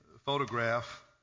photograph